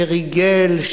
שריגל,